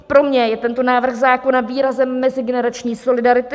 Pro mě je tento návrh zákona výrazem mezigenerační solidarity.